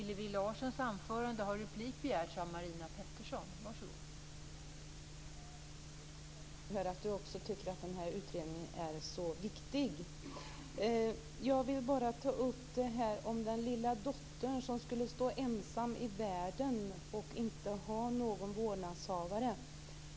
Fru talman! Det var roligt och glädjande att höra att också Hillevi tycker att utredningen är så viktigt. Jag vill bara ta upp exemplet med den lilla dottern som skulle stå ensam i världen och inte ha någon vårdnadshavare.